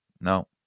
no